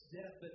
death